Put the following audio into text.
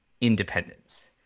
independence